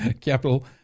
Capital